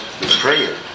prayer